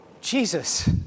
Jesus